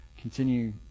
continue